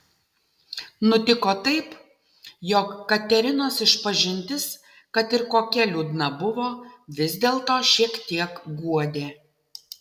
nutiko taip jog katerinos išpažintis kad ir kokia liūdna buvo vis dėlto šiek tiek guodė